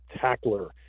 tackler